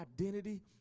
identity